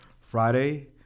Friday